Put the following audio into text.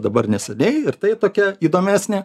dabar neseniai ir tai tokia įdomesnė